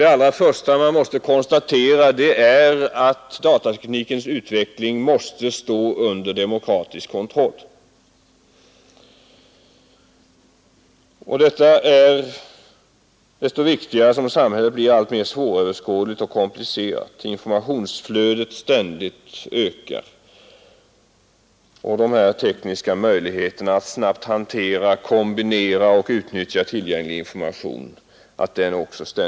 Det allra första man måste konstatera är att datateknikens utveckling måste stå under demokratisk kontroll. Detta är desto viktigare som samhället blir alltmer svåröverskådligt och komplicerat och informationsflödet ständigt ökar liksom de tekniska möjligheterna att snabbt hantera, kombinera och utnyttja tillgänglig information.